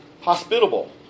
Hospitable